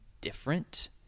different